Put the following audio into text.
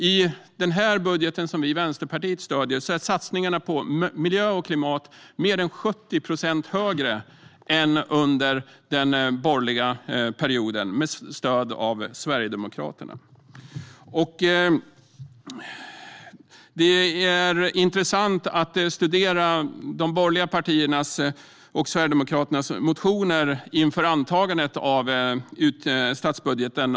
I den budget som vi i Vänsterpartiet stöder är satsningarna på miljö och klimat mer än 70 procent högre än i budgeten under den borgerliga perioden med stöd av Sverigedemokraterna. Det är intressant att studera de borgerliga partiernas och Sverigedemokraternas motioner inför antagandet av statsbudgeten.